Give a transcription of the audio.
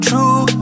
True